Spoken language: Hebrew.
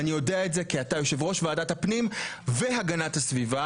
ואני יודע את זה כי אתה יושב ראש ועדת הפנים והגנת הסביבה,